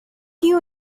you